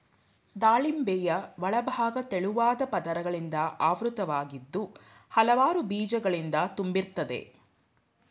ದಾಳಿಂಬೆಯ ಒಳಭಾಗ ತೆಳುವಾದ ಪದರಗಳಿಂದ ಆವೃತವಾಗಿದ್ದು ಹಲವಾರು ಬೀಜಗಳಿಂದ ತುಂಬಿರ್ತದೆ